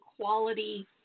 quality